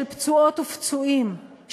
של פצועות ופצועים,